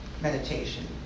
meditation